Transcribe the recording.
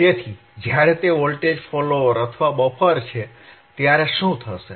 તેથી જ્યારે તે વોલ્ટેજ ફોલોઅર અથવા બફર છે ત્યારે શું થશે